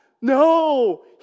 No